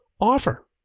offer